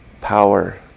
power